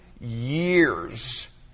years